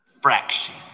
fraction